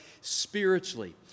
spiritually